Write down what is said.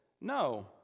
no